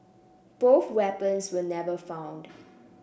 both weapons were never found